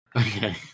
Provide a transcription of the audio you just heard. Okay